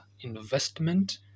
investment